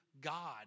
God